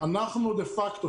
אנחנו דה-פקטו,